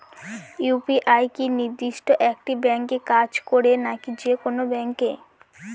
UPI কি নির্দিষ্ট একটি ব্যাংকে কাজ করে নাকি যে কোনো ব্যাংকে?